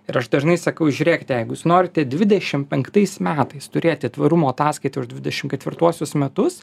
ir aš dažnai sakau žiūrėkite jeigu norite dvidešim penktais metais turėti tvarumo ataskaitą už dvidešim ketvirtuosius metus